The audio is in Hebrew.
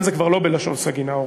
כאן זה כבר לא בלשון סגי נהור,